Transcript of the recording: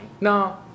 No